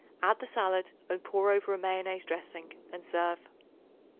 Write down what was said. add the salad and pour over a mayonnaise dressing and serve.